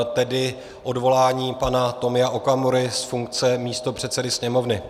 Tedy odvolání pana Tomia Okamury z funkce místopředsedy Sněmovny.